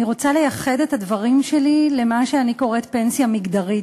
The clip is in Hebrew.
אני רוצה לייחד את הדברים שלי למה שאני קוראת פנסיה מגדרית,